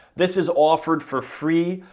this is offered for free.